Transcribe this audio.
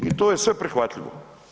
I to je sve prihvatljivo.